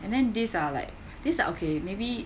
and then these are like these are okay maybe